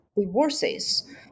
divorces